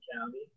county